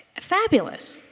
fabulous.